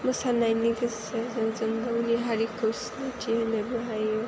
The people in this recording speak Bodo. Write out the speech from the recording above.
मोसानायनि गेजेरजों जों गावनि हारिखौ सिनायथि होनोबो हायो